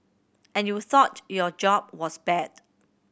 and you thought your job was bad